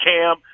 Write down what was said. Cam